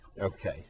Okay